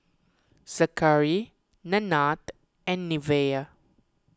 Zackery Nanette and Neveah